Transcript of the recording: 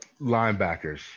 linebackers